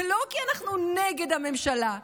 זה לא כי אנחנו נגד הממשלה,